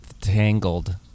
Tangled